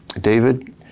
David